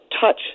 touch